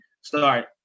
start